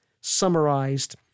summarized